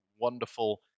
wonderful